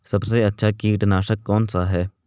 सबसे अच्छा कीटनाशक कौनसा है?